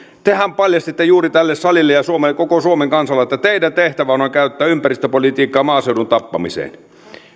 tehän paljastitte juuri tälle salille ja koko suomen kansalle että teidän tehtävännehän on käyttää ympäristöpolitiikkaa maaseudun tappamiseen